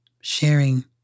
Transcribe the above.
Sharing